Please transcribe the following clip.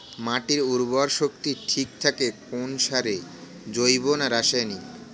মাটির উর্বর শক্তি ঠিক থাকে কোন সারে জৈব না রাসায়নিক?